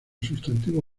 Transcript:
sustantivo